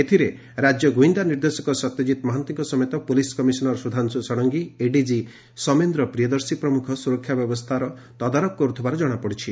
ଏଥିରେ ରାକ୍ୟ ଗୁଇନ୍ଦା ନିର୍ଦ୍ଦେଶକ ସତ୍ୟଜିତ୍ ମହାନ୍ତିଙ୍କ ସହିତ police commissioner Sudhanshu Sarangi ADG Soumendra Priyadarshi ପ୍ରମୁଖ ସୁରକ୍ଷା ବ୍ୟବସ୍କା ତଦାରଖ କରୁଥିବା ଜଣାପଡ଼ିଛି